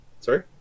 Sorry